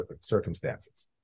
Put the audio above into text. circumstances